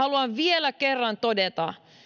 haluan vielä kerran todeta